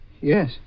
yes